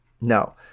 No